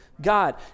God